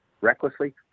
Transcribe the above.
recklessly